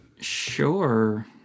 Sure